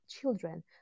children